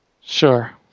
sure